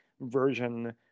version